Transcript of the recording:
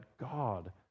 God